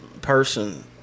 person